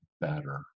better